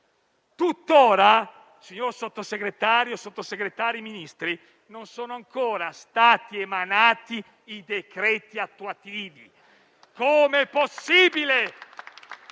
Tutt'ora, signori Sottosegretari e signori Ministri, non sono ancora stati emanati i decreti attuativi. Com'è possibile?